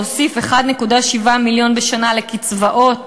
להוסיף 1.7 מיליון בשנה לקצבאות